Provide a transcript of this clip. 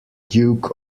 duke